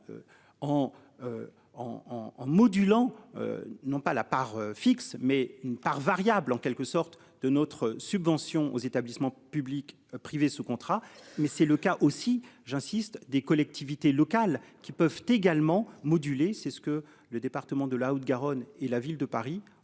en modulant. Non pas la part fixe mais une part variable en quelque sorte, de notre subvention aux établissements publics privés sous contrat, mais c'est le cas aussi, j'insiste, des collectivités locales qui peuvent également moduler. C'est ce que le département de la Haute-Garonne et la ville de Paris ont